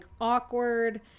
awkward